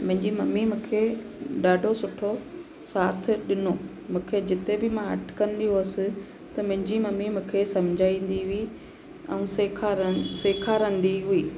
मुंहिंजी मम्मी मूंखे ॾाढो सुठो साथ ॾिनो मूंखे जिते बि मां अटकंदी हुअसि त मुंहिंजी मम्मी मूंखे सम्झाईंदी हुई ऐं सेखार सेखारंदी हुई